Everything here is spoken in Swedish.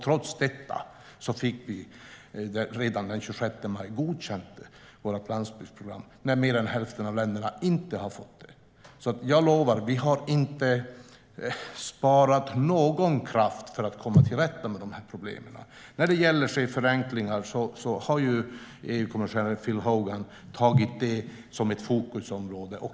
Trots detta fick vi vårt landsbygdsprogram godkänt redan den 26 maj, medan mer än hälften av länderna inte har fått det. Jag lovar att vi inte har sparat någon kraft för att komma till rätta med de här problemen. När det gäller regelförenklingar har EU-kommissionären Phil Hogan tagit det som ett fokusområde.